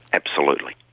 absolutely.